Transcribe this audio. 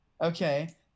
Okay